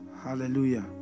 Hallelujah